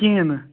کِہیٖنٛی نہٕ